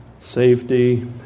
safety